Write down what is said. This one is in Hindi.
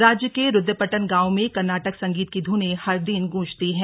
राज्य के रूद्रपट्टन गांव में कर्नाटक संगीत की धुनें हर दिन गूंजती हैं